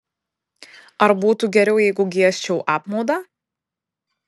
ar būtų geriau jeigu giežčiau apmaudą